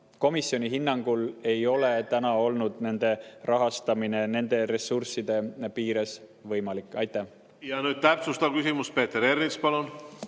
komisjoni hinnangul ei ole olnud nende rahastamine nende ressursside piires võimalik. Nüüd täpsustav küsimus. Peeter Ernits, palun!